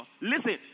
Listen